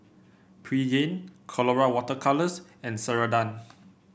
Pregain Colora Water Colours and Ceradan